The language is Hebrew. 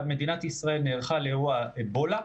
אבל מדינת ישראל נערכה לאירוע אבולה,